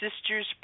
sisters